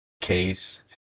case